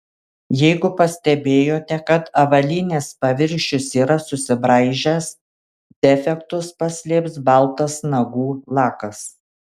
jeigu pastebėjote kad avalynės paviršius yra susibraižęs defektus paslėps baltas nagų lakas